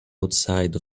outside